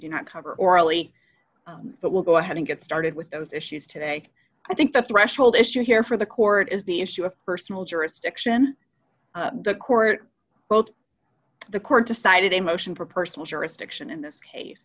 do not cover orally that will go ahead and get started with those issues today i think that threshold issue here for the court is the issue of personal jurisdiction the court wrote the court decided a motion for personal jurisdiction in this case